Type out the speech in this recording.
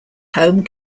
home